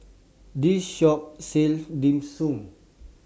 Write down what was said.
This Shop sells Dim Sum